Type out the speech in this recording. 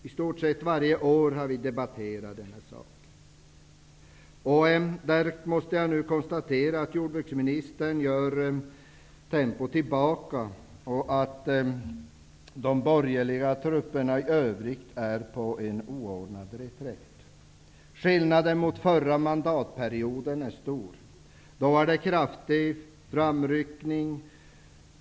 I stort sett varje år har vi debatterat detta. Där måste jag konstatera att jordbruksministern gör tempo tillbaka och att de borgerliga trupperna i övrigt är på en oordnad reträtt. Skillnaden mot den förra mandatperioden är stor. Då var det kraftig framryckning.